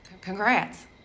Congrats